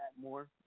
more